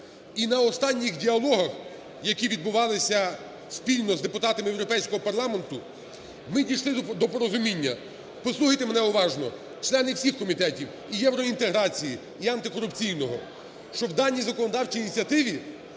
І на останніх діалогах, які відбувалися спільно з депутатами Європейського парламенту, ми дійшли до порозуміння. Послухайте мене уважно, члени всіх комітетів: і євроінтеграції, і антикорупційного, – що в даній законодавчій ініціативі